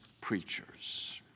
preachers